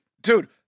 Dude